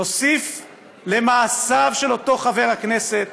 נוסיף ל"מעשיו" של אותו חבר הכנסת